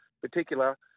particular